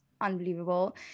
unbelievable